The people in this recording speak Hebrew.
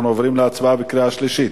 אנחנו עוברים להצבעה בקריאה שלישית.